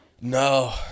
no